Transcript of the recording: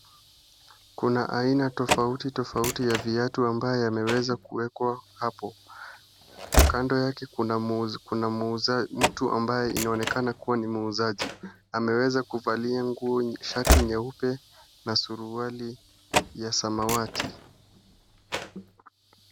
Kuna ina tofauti tofauti ya viatu ambaye yameweza kuekwa hapo. Kando yake kuna mtu ambaye anaonekana kuwa ni muuzaji ameweza kuvalia shati nyeupe na suruali ya samawati .